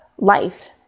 Life